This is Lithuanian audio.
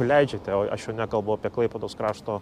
leidžiate aš jau nekalbu apie klaipėdos krašto